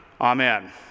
Amen